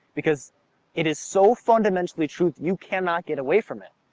because it is so fundamentally true, you cannot get away from it.